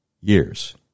years